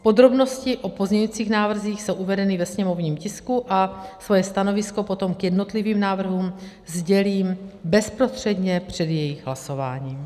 Podrobnosti o pozměňovacích návrzích jsou uvedeny ve sněmovním tisku a svoje stanovisko potom k jednotlivým návrhům sdělím bezprostředně před jejich hlasováním.